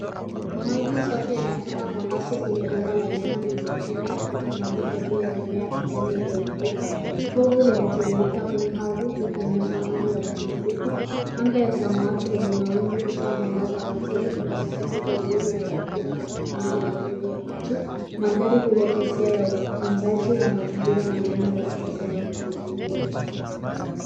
Maji safi yanatoka kwa kasi kwenye bomba la chuma lililopinda yakimwagika juu ya mimea ya kijani iliyozunguka. Povu linatiririka kwenye hadhi likionyesha nguvu ya mtiririko. Mwanga ya samawati lenye mawingu hutoa mwangaza wa asili, unasisitiza uzuri wa mazingira na matumizi endelevu ya maji. Mandhari huleta hisia ya utunzaji wa mazingira na mbinu za kisasa za umwagiliaji.